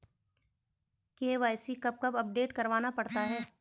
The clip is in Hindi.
के.वाई.सी कब कब अपडेट करवाना पड़ता है?